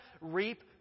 reap